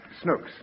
Snooks